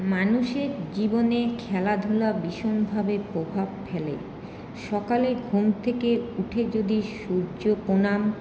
মানুষের জীবনে খেলাধুলো ভীষণভাবে প্রভাব ফেলে সকালে ঘুম থেকে উঠে যদি সূর্য প্রণাম